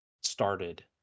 started